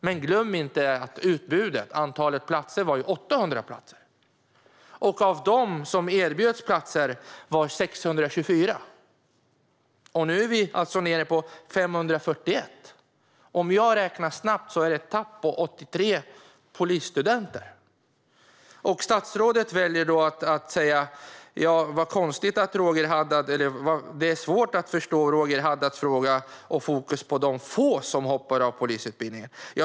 Men glöm inte att utbudet, antalet platser, var 800. Antalet personer som erbjöds platser var 624. Nu är vi alltså nere på 541. Det är ett tapp på 83 polisstudenter. Statsrådet väljer då att säga: "Det är svårt att förstå Roger Haddads fokus på de få som hoppar av polisutbildningen."